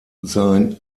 sein